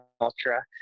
ultra